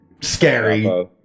Scary